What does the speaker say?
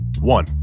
One